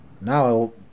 Now